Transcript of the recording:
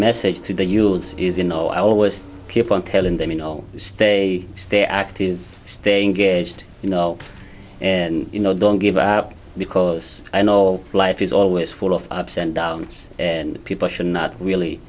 message to the youth is you know i always keep on telling them you know stay stay active staying gauged you know you know don't give up because i know life is always full of ups and downs and people should not really